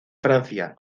francia